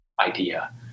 idea